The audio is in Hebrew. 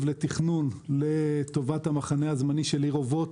לתכנון לטובת המחנה הזמני של עיר אובות,